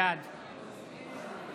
בעד